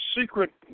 secret